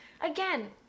again